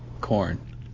corn